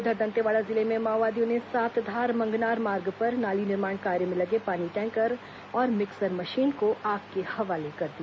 उधर दंतेवाड़ा जिले में माओवादियों ने सातधार मंगनार मार्ग पर नाली निर्माण कार्य में लगे पानी टैंकर और मिक्सर मशीन को आग के हवाले कर दिया